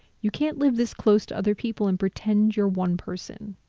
you can't live this close to other people and pretend you're one person.